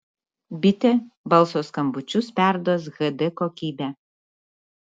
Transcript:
bitė balso skambučius perduos hd kokybe